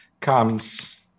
comes